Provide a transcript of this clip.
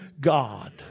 God